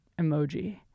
emoji